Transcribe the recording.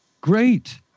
Great